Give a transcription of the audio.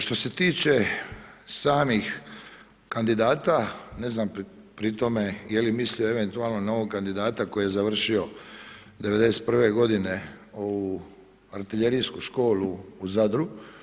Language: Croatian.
Što se tiče samih kandidata, ne znam pri tome je li mislio eventualno na ovog kandidata koji je završio 91. godine artiljerijsku školu u Zadru?